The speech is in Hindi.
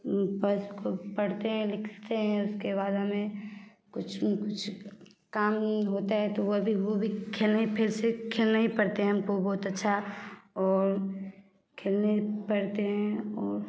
बस पढ़ते हैं लिखते हैं उसके बाद हमें कुछ ना कुछ काम होता हैं तो वो भी खेलने फिर से खेलना ही पड़ता हैं हमको बहुत अच्छा और खेलने पढ़ते हैं और